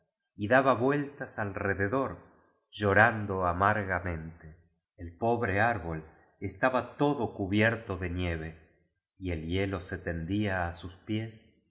y daba vueltas alrededor llorando amargamente el pobre árbol estaba todo cubierto de nieve y el hielo se tendía á sus pies